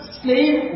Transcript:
slave